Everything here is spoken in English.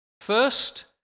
First